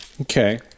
Okay